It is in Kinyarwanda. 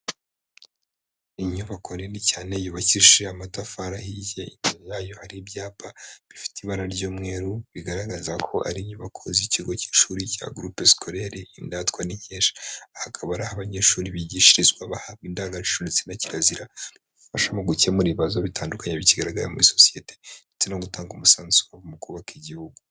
Inyubako nini cyane yubakishije amatafarihiye imbere yayo hari ibyapa bifite ibara ry'umweru bigaragaza ko ari inyubako z'ikigo k'ishuri cya groupe scolaire Indatwa n'Inkesha. Hakaba ari aho abanyeshuri bigishirizwa bahabwa indangaciro na kirazira bifasha mu gukemura ibibazo bitandukanye bikigaragara muri sosiyete ndetse no gutanga umusanzubo mu kubaka igihugu.